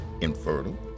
infertile